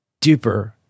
duper